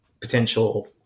potential